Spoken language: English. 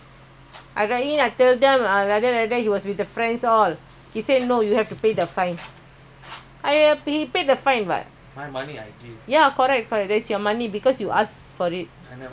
ya correct correct is your money because you ask for it so really affected his army salary only how much